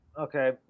Okay